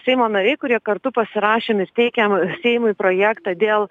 seimo nariai kurie kartu pasirašėm ir teikėm seimui projektą dėl